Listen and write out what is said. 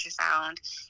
ultrasound